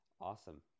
awesome